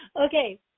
Okay